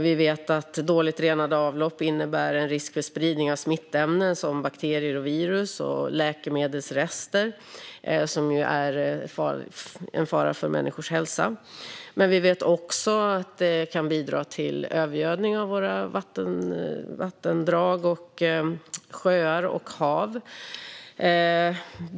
Vi vet att dåligt renade avlopp innebär en risk för spridning av smittämnen som bakterier, virus och läkemedelsrester som är en fara för människors hälsa. Vi vet också att det kan bidra till övergödning av våra vattendrag, sjöar och hav.